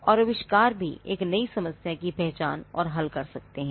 और आविष्कार भी एक नई समस्या की पहचान और हल कर सकते हैं